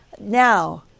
now